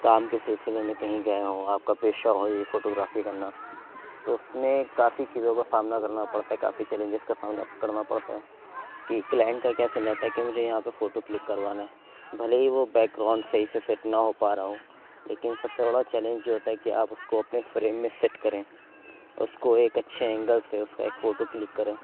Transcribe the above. کام کے سلسلے میں کہیں گئے ہوں آپ کا پہشہ ہو یہ فوٹو گرافی کرنا تو اُس میں کافی چیزوں کا سامنا کرنا پڑتا ہے کافی چیلینجز کا سامنا کرنا پڑتا ہے کہ کلائنٹ کا کیا سین رہتا ہے کہ مجھے یہاں پہ فوٹو کلک کروانا ہے بھلے ہی وہ بیک گراؤنڈ صحیح سے سیٹ نہ ہو پا رہا ہو لیکن سب سے بڑا چیلینج یہ ہوتا ہے کہ آپ اُس کو اپنے فریم میں سیٹ کریں اُس کو ایک اچھے اینگل سے اُس کا ایک فوٹو کلک کریں